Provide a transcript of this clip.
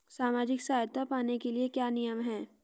सामाजिक सहायता पाने के लिए क्या नियम हैं?